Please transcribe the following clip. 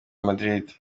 madrid